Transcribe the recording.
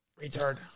Retard